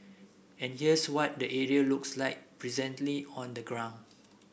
and here's what the area looks like presently on the ground